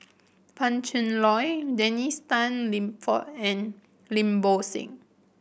Pan Cheng Lui Dennis Tan Lip Fong and Lim Bo Seng